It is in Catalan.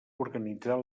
organitzar